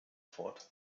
fort